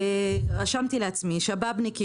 "שבאבניקים",